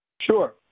Sure